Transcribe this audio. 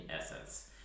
essence